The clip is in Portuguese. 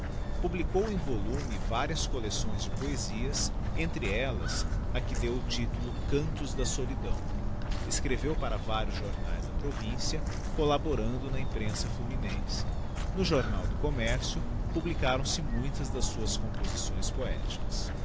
publicou em volume varias couecções de poesias entre ellas a que deu o titulo cantos da solidão escreveu para vários jomaes da provincia couaborando na imprensa fluminense no jornal do commerciof publicaram se muitas das suas composições poéticas